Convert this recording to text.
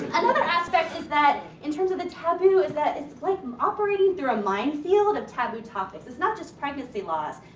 another aspect is that, in terms of the taboo, is that it's like operating through a minefield of taboo topics. it's not just pregnancy loss,